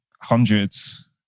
hundreds